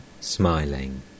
smiling